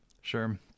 Sure